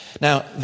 Now